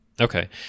Okay